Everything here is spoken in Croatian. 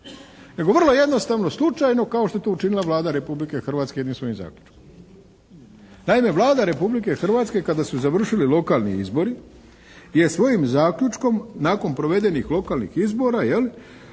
nego vrlo jednostavno slučajno kao što je to učinila Vlada Republike Hrvatske jednim svojim zaključkom. Naime, Vlada Republike Hrvatske kada su završili lokalni izbori je svojim zaključkom nakon provedenih lokalnih izbora je